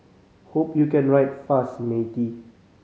hope you can write fast matey